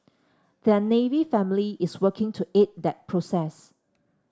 their Navy family is working to aid that process